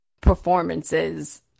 performances